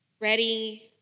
ready